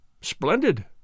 Splendid